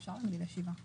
אפשר להגדיל לשבעה,